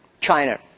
China